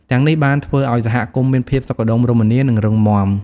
ទាំងនេះបានធ្វើឱ្យសហគមន៍មានភាពសុខដុមរមនា និងរឹងមាំ។